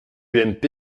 ump